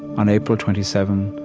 on april twenty seventh,